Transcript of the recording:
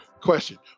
question